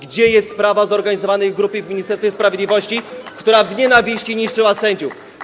Gdzie jest sprawa zorganizowanej grupy w Ministerstwie Sprawiedliwości, która z nienawiścią niszczyła sędziów?